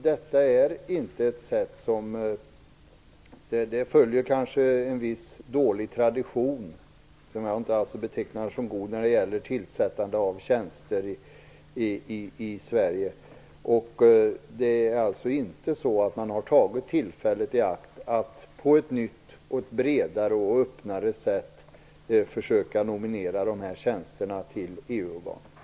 Detta följer kanske en viss dålig tradition när det gäller tillsättande av tjänster i Sverige. Det innebär att man inte har tagit tillfället i akt att på ett nytt, bredare och öppnare sätt försöka nominera till de här tjänsterna i EU-organ.